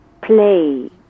play